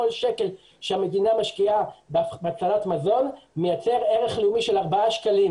כל שקל שהמדינה משקיעה בהצלת מזון מייצר ערך לאומי של ארבעה שקלים.